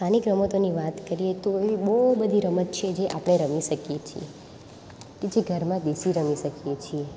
સ્થાનિક રમતોની વાત કરીએ તો એવી બહુ બધી રમત છે જે આપણે રમી શકીએ છીએ કે જે ઘરમાં બેસી રમી શકીએ છીએ